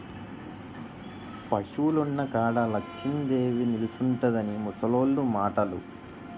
పశువులున్న కాడ లచ్చిందేవి నిలుసుంటుందని ముసలోళ్లు మాటలు